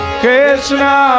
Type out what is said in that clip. Krishna